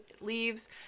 leaves